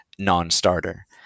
non-starter